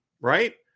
right